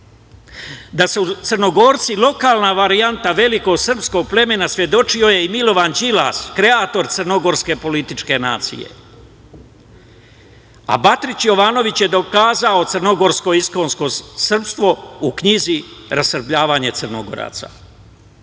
su Crnogorci lokalna varijanta velikog sprskog plemena svedočio je i Milovan Đilas, kreator crnogorske političke nacije, a Batrić Jovanović je dokazao crnogorsko iskonsko srpstvo u knjizi "Rasrbljavanje Crnogoraca".Danas